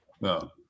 No